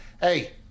Hey